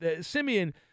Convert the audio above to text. Simeon